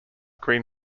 green